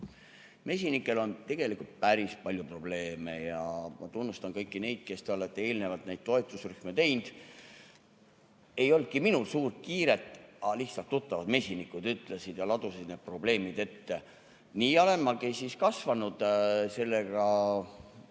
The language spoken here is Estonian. Mesinikel on tegelikult päris palju probleeme. Ma tunnustan kõiki teid, kes te olete eelnevalt neid toetusrühmi teinud. Ei olnudki minul suurt kiiret, aga lihtsalt tuttavad mesinikud ladusid need probleemid ette. Nii olengi ma siis kasvanud nende